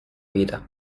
vita